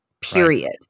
period